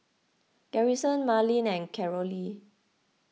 Garrison Marlen and Carolee